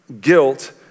guilt